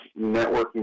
networking